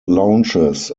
launches